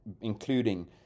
including